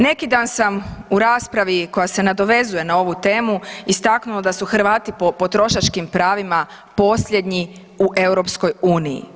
Neki dan sam u raspravi koja se nadovezuje na ovu temu istaknula da su Hrvati po potrošačkim pravima posljednji u EU-u.